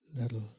little